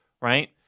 right